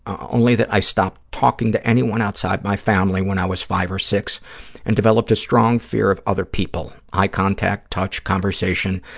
ah only that i stopped talking to anyone outside my family when i was five or six and developed a strong fear of other people, eye contact, touch, conversation.